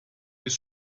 des